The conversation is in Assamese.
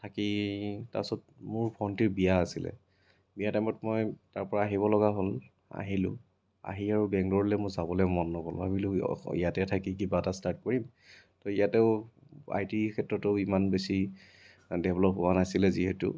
থাকি তাৰপিছত মোৰ ভণ্টীৰ বিয়া আছিলে বিয়া টাইমত মই তাৰপৰা আহিবলগা হ'ল আহিলো আহি আৰু বেংগলোৰলৈ মোৰ যাবলৈ মন নগ'ল ভাৱিলো ইয়াতে থাকি কিবা এটা ষ্টাৰ্ট কৰিম ইয়াতো আই টি ক্ষেত্ৰটো ইমান বেছি ডেভেল্প হোৱা নাছিলে যিহেতু